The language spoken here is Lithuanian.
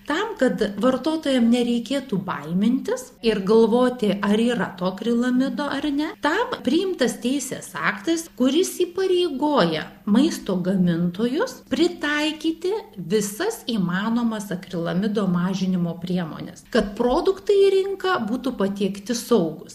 tam kad vartotojam nereikėtų baimintis ir galvoti ar yra to akrilamido ar ne tam priimtas teisės aktas kuris įpareigoja maisto gamintojus pritaikyti visas įmanomas akrilamido mažinimo priemones kad produktai į rinką būtų patiekti saugūs